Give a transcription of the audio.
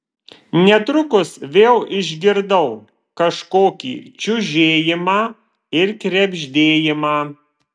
netrukus vėl išgirdau kažkokį čiužėjimą ir krebždėjimą